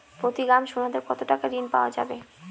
প্রতি গ্রাম সোনাতে কত টাকা ঋণ পাওয়া যাবে?